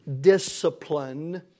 discipline